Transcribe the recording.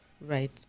right